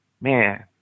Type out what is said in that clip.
man